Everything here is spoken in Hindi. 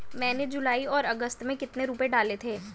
मैंने जुलाई और अगस्त में कितने रुपये डाले थे?